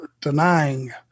denying